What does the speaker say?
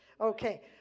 Okay